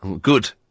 Good